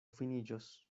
finiĝos